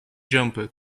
jumper